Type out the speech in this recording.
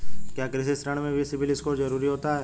क्या कृषि ऋण में भी सिबिल स्कोर जरूरी होता है?